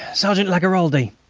sergeant lagaraldi.